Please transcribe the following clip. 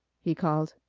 he called.